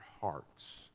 hearts